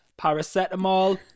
Paracetamol